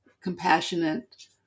compassionate